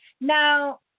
Now